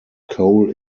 coal